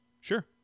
Sure